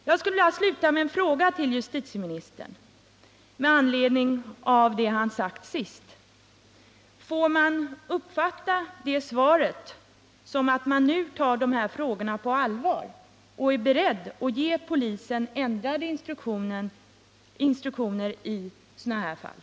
Jag skulle vilja sluta med en fråga till justitieministern med anledning av det som han sade allra sist: Får man uppfatta det beskedet så att han nu tar de här frågorna på allvar och är beredd att ge polisen ändrade instruktioner i sådana fall?